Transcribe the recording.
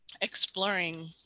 exploring